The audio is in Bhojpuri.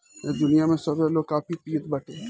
आज दुनिया में सभे लोग काफी पियत बाटे